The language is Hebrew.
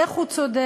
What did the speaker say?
איך הוא צודק,